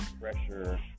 pressure